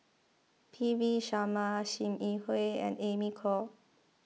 P V Sharma Sim Yi Hui and Amy Khor